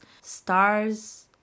stars